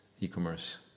e-commerce